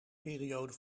periode